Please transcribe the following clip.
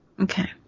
Okay